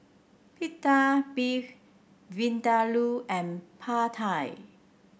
Pita Beef Vindaloo and Pad Thai